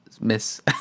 miss